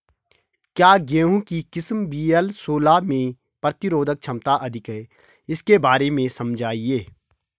क्या गेहूँ की किस्म वी.एल सोलह में प्रतिरोधक क्षमता अधिक है इसके बारे में समझाइये?